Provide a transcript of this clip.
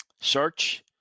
search